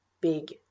big